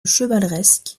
chevaleresque